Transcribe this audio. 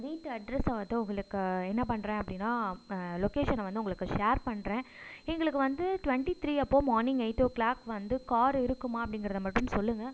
வீட்டு அட்ரெஸ்ஸை வந்து உங்களுக்கு என்ன பண்ணுறேன் அப்படின்னா லொக்கேஷனை வந்து உங்களுக்கு ஷேர் பண்ணுறேன் எங்களுக்கு வந்து டுவெண்ட்டி த்ரீ அப்போது மார்னிங் எயிட் ஓ கிளாக் வந்து காரு இருக்குமா அப்படிங்கிறத மட்டும் சொல்லுங்க